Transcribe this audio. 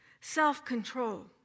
self-control